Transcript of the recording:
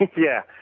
yeah.